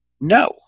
no